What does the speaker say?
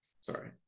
Sorry